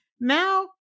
Now